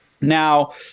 Now